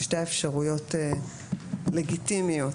שתי האפשרויות לגיטימיות.